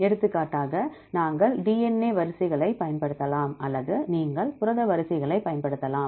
எடுத்துக்காட்டாக நாங்கள் DNA வரிசைகளைப் பயன்படுத்தலாம் அல்லது நீங்கள் புரத வரிசைகளைப் பயன்படுத்தலாம்